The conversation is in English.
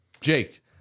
Jake